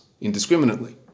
indiscriminately